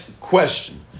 question